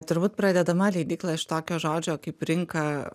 turbūt pradedama leidyklą aš tokio žodžio kaip rinka